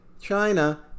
China